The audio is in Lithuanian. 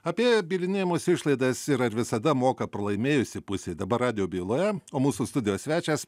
apie bylinėjimosi išlaidas ir ar visada moka pralaimėjusi pusė dabar radijo byloje o mūsų studijos svečias